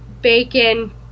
bacon